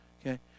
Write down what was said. Okay